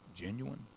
Genuine